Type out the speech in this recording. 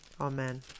Amen